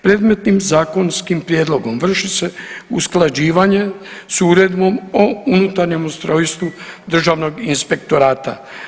Predmetnim zakonskim prijedlogom vrši se usklađivanje s Uredbom o unutarnjem ustrojstvu Državnog inspektorata.